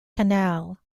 canal